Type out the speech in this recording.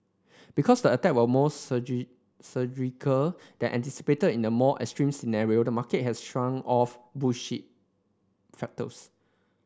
because the attack were more surgical than anticipated in the more extreme scenario the market has shrugged off factors